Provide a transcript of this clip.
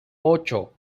ocho